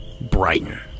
Brighton